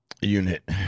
unit